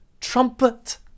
trumpet